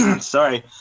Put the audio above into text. sorry